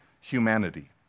humanity